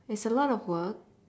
it's a lot of work